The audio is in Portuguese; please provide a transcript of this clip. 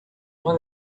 uma